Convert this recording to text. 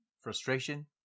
frustration